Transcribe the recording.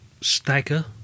stagger